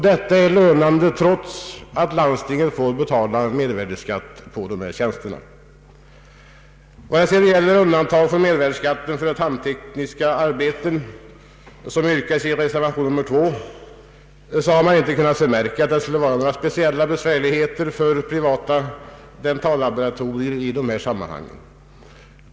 Detta är lönande trots att landstinget får betala mervärdeskatt på dessa tjänster. Vad sedan gäller undantag från mervärdeskatt för tandtekniska arbeten, som yrkats i reservation 2, har man inte kunnat förmärka att det skulle vara speciella besvärligheter för privata dentallaboratorier i dessa sammanhang.